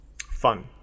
fun